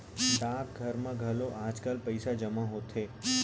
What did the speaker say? डाकघर म घलौ आजकाल पइसा जमा होथे